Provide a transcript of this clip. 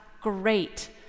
Great